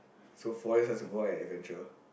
so four years has to go out and adventure